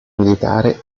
militare